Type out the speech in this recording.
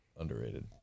underrated